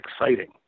exciting